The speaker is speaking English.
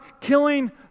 killing